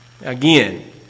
Again